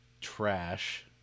trash